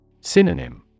Synonym